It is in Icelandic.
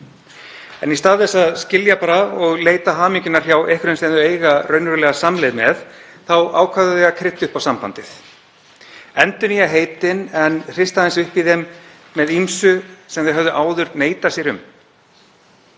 En í stað þess að skilja bara og leita hamingjunnar hjá einhverjum sem þau eiga raunverulega samleið með ákváðu þau að krydda upp á sambandið, endurnýja heitin en hrista aðeins upp í þeim með ýmsu sem þau höfðu áður neitað sér um.